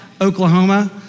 Oklahoma